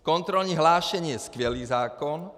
Kontrolní hlášení je skvělý zákon.